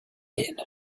din